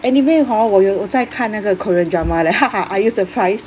anyway hor 我有我在看那个 korean drama leh are you surprised